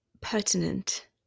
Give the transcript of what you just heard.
pertinent